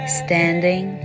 standing